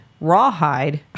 rawhide